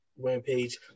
Rampage